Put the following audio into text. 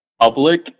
public